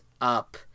up